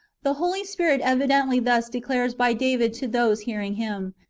the holy spirit evidently thus declares by david to those hearing him,